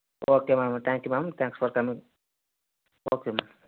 okay ma'am thank you ma'am thank you for coming okay ma'am